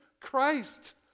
Christ